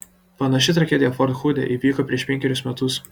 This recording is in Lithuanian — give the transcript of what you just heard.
panaši tragedija fort hude įvyko prieš penkerius metus